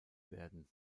werden